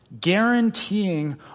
guaranteeing